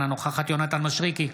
אינה נוכחת יונתן מישרקי,